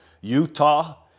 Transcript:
Utah